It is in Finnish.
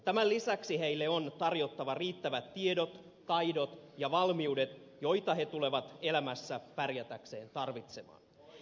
tämän lisäksi heille on tarjottava riittävät tiedot taidot ja valmiudet joita he tulevat elämässä pärjätäkseen tarvitsemaan